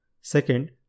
Second